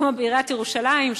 כמו בעיריית ירושלים,